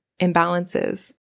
imbalances